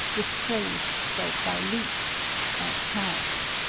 this craze spread by leaps and crowds.